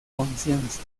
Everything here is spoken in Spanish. conciencia